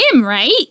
right